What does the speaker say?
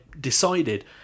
decided